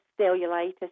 cellulitis